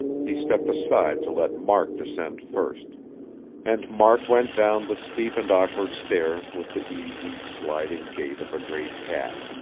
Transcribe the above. he stepped aside to let mark descend first and mark went down the steep and awkward stair with the easy, sliding gait of a great cat.